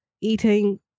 eating